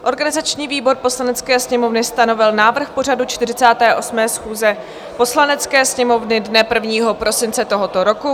Organizační výbor Poslanecké sněmovny stanovil návrh pořadu 48. schůze Poslanecké sněmovny dne 1. prosince tohoto roku.